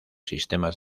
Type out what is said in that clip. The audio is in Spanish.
sistemas